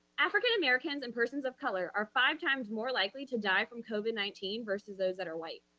african americans and persons of color are five times more likely to die from covid nineteen versus those that are white.